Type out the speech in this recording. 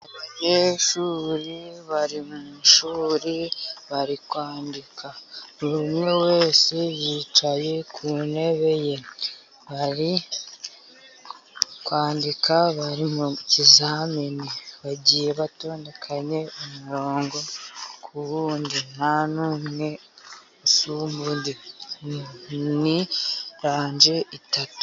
Abanyeshuri bari mu ishuri bari kwandika. Buri umwe wese yicaye ku ntebe ye. Bari kwandika bari mu kizamini. Bagiye batondekanye umurongo ku wundi. Nta n'umwe usumba undi. Ni ranje eshatu.